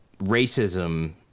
racism